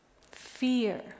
Fear